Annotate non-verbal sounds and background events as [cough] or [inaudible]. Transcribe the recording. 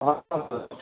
ہاں [unintelligible]